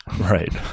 right